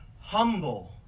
Humble